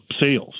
sales